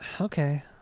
Okay